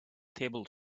table